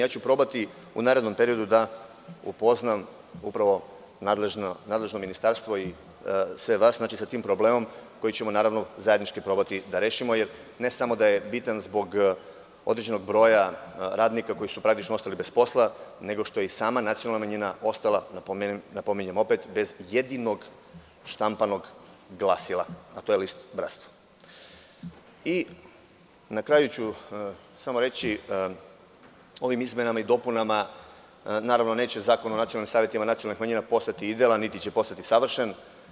Probaćuu narednom periodu da upoznam upravo nadležno Ministarstvo i sve vas sa tim problemom koji ćemo, naravno, zajednički probati da rešimo, jer ne samo da je bitan zbog određenog broja radnika koji su praktično ostali bez posla, nego što je i sama nacionalna manjina ostala, napominjem opet, bez jedinog štampanog glasila, a to je list „Bratstvo“: Na kraju ću samo reći ovim izmenama i dopunama neće Zakon o nacionalnim savetima nacionalnih manjina postati idealan, niti će postati savršen.